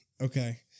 Okay